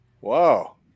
Wow